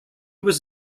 was